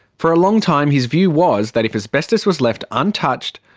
for a long time his view was that if asbestos was left untouched,